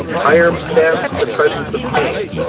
hiram stands in the presence of cain,